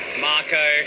Marco